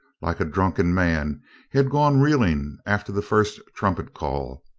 like a drunken man he had gone reeling after the first trumpet call.